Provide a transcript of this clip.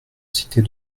citer